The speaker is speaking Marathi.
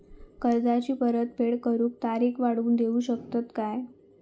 कर्जाची परत फेड करूक तारीख वाढवून देऊ शकतत काय?